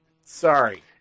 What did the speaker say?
Sorry